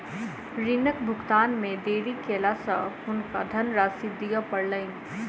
ऋणक भुगतान मे देरी केला सॅ हुनका धनराशि दिअ पड़लैन